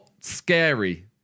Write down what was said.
scary